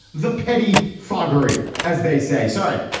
the petty forgery, as they say. sorry,